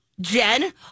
Jen